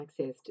accessed